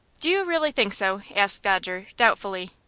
do you really think so? asked dodger, doubtfullly.